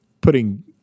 putting